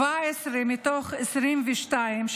17 מתוך 22,